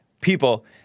people